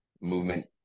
movement